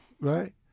right